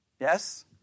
Yes